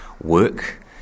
work